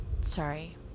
Sorry